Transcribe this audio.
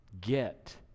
get